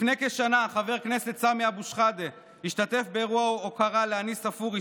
לפני כשנה חבר הכנסת סמי אבו שחאדה השתתף באירוע הוקרה לאניס ספורי,